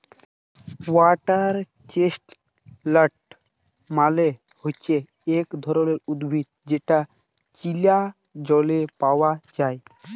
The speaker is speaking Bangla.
ওয়াটার চেস্টলাট মালে হচ্যে ইক ধরণের উদ্ভিদ যেটা চীলা জল পায়া যায়